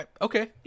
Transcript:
Okay